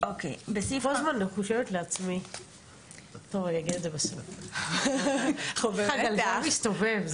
אני כל הזמן חושבת לעצמי איך הגלגל מסתובב.